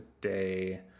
today